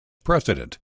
president